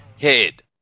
head